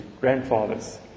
grandfathers